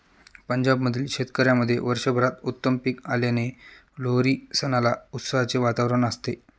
पंजाब मधील शेतकऱ्यांमध्ये वर्षभरात उत्तम पीक आल्याने लोहरी सणाला उत्साहाचे वातावरण असते